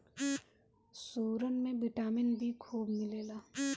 सुरन में vitamin B खूब मिलेला